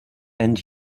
and